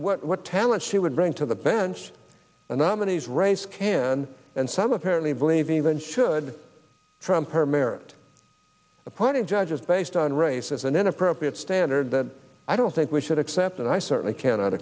was what talent she would bring to the bench nominees race can and some apparently believe even should trump her merit appointing judges based on race is an inappropriate standard that i don't think we should accept and i certainly cannot